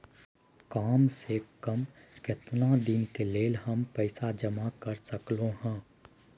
काम से कम केतना दिन के लेल हम पैसा जमा कर सकलौं हैं?